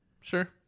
sure